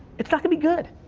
it's not gonna be good.